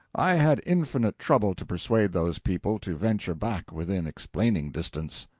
i had infinite trouble to persuade those people to venture back within explaining distance.